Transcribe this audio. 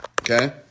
Okay